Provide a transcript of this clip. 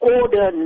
order